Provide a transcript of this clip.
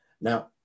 Now